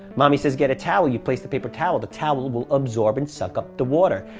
mommy says get a towel. you place the paper towel, the towel will absorb and suck up the water.